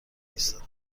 ایستادن